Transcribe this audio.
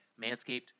Manscaped